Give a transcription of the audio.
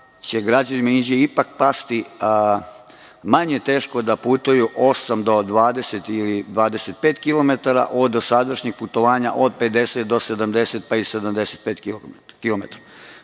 će građanima Inđije ipak pasti manje teško da putuju osam do 20 ili 25 kilometara od dosadašnjeg putovanja od 50 do 70 pa i 75 kilometara.